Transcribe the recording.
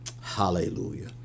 Hallelujah